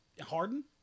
Harden